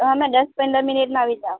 હાં મેં દસ પંદર મિનિટમાં આવી જાવ